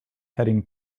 heading